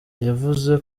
yavuze